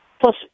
plus